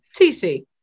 TC